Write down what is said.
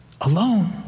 alone